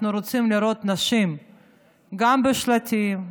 אנחנו רוצים לראות נשים גם בשלטים,